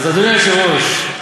אדוני היושב-ראש,